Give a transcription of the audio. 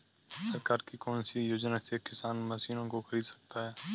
सरकार की कौन सी योजना से किसान मशीनों को खरीद सकता है?